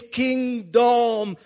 kingdom